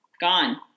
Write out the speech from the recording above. gone